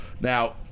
Now